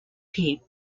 peat